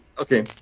Okay